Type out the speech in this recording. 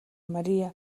мария